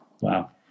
wow